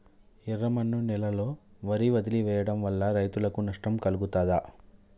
ఎర్రమన్ను నేలలో వరి వదిలివేయడం వల్ల రైతులకు నష్టం కలుగుతదా?